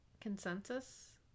consensus